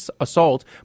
assault